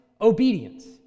obedience